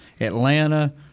Atlanta